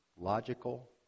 logical